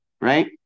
Right